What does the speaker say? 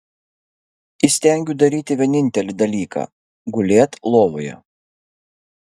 įstengiu daryti vienintelį dalyką gulėt lovoje